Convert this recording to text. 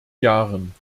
jahren